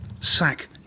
Sack